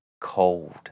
cold